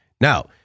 Now